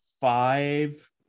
five